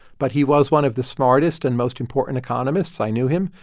but he was one of the smartest and most important economists. i knew him,